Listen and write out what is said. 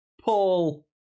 Paul